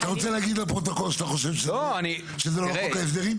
אתה רוצה להגיד לפרוטוקול שזה לא לחוק ההסדרים?